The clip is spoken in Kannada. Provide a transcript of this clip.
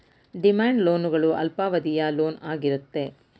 ಡಿಮ್ಯಾಂಡ್ ಲೋನ್ ಗಳು ಅಲ್ಪಾವಧಿಯ ಲೋನ್ ಆಗಿರುತ್ತೆ